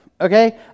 Okay